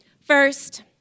First